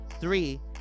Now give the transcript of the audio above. three